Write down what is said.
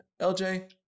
LJ